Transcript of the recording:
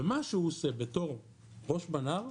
ומה שהוא עושה בתור ראש מנה"ר,